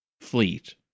fleet